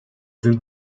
sind